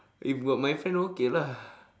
if got my friend okay lah